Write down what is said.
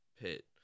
pit